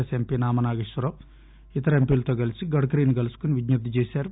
yes MP Nama Nageswararao ఇతర ఎంపీలతో కలిసి గడ్కరీని కలుసుకొని విజ్ఞప్తి చేశారు